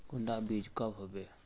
कुंडा बीज कब होबे?